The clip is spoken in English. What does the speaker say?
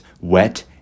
wet